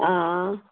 हां